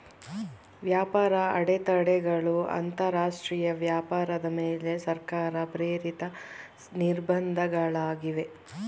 ವ್ಯಾಪಾರ ಅಡೆತಡೆಗಳು ಅಂತರಾಷ್ಟ್ರೀಯ ವ್ಯಾಪಾರದ ಮೇಲೆ ಸರ್ಕಾರ ಪ್ರೇರಿತ ನಿರ್ಬಂಧ ಗಳಾಗಿವೆ